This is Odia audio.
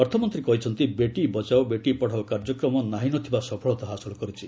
ଅର୍ଥମନ୍ତ୍ରୀ କହିଛନ୍ତି ବେଟି ବଚାଓ ବେଟି ପଢ଼ାଓ କାର୍ଯ୍ୟକ୍ରମ ନାହିଁ ନ ଥିବା ସଫଳତା ହାସଲ କରିଛି